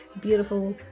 beautiful